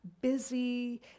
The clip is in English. busy